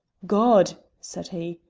god! said he,